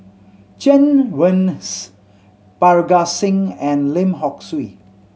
Chen Wen Hsi Parga Singh and Lim Hock Siew